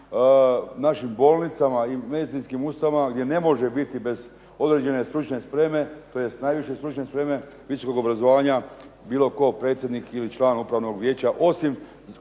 našim bolnicama i medicinskim ustanovama gdje ne može biti bez određene stručne spreme tj. najviše stručne spreme, visokog obrazovanja bilo tko predsjednik ili član upravnog vijeća, osim